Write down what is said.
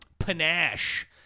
panache